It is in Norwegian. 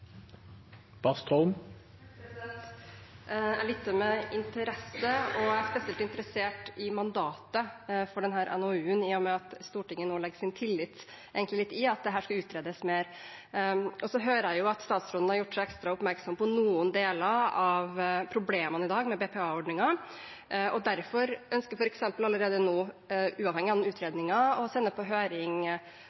spesielt interessert i mandatet for denne NOU-en, i og med at Stortinget nå fester lit til at dette skal utredes mer. Jeg hører at statsråden har vært ekstra oppmerksom på noen deler av problemene med BPA-ordningen i dag, og derfor allerede nå ønsker, uavhengig av utredningen, å sende et lovforslag om aldersbegrensningen ut på høring, kanskje til og med fjerne den.